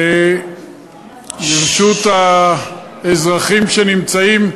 ברשות האזרחים שנמצאים,